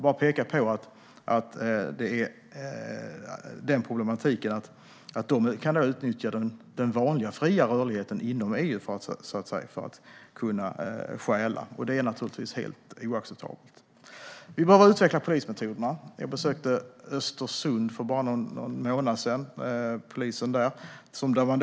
Jag vill peka på problematiken att de kan utnyttja den vanliga fria rörligheten inom EU för att kunna stjäla. Det är naturligtvis helt oacceptabelt. Vi behöver utveckla polismetoderna. Jag besökte polisen i Östersund för bara någon månad sedan.